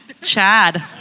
Chad